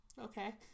okay